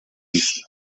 isla